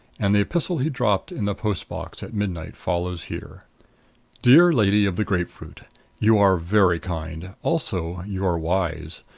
and the epistle he dropped in the post box at midnight follows here dear lady of the grapefruit you are very kind also, you are wise.